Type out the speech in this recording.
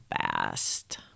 fast